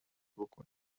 بکنید